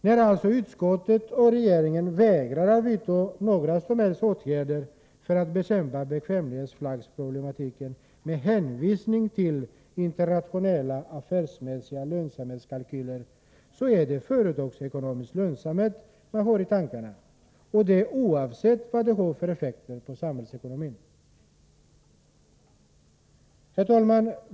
När utskottet och regeringen vägrar att vidta några som helst åtgärder för att bekämpa bekvämlighetsflaggsproblematiken med hänvisning till internationella affärsmässiga lönsamhetskalkyler, är det företagsekonomisk lönsamhet man har i tankarna, detta oavsett vilka de. samhällsekonomiska effekterna blir. Herr talman!